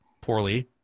poorly